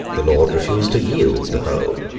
the lord refused to yield the whole.